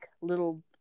little